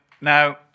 Now